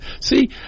see